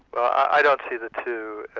i don't see the two as